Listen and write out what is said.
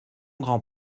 grand